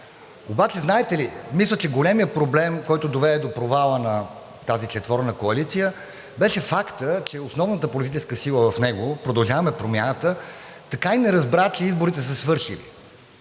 Обаче знаете ли, мисля, че големият проблем, който доведе до провала на тази четворна коалиция, беше фактът, че основната политическа сила в него, „Продължаваме Промяната“, така и не разбра, че изборите са свършили.